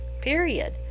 period